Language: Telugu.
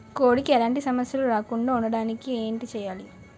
కోడి కి ఎలాంటి సమస్యలు రాకుండ ఉండడానికి ఏంటి చెయాలి?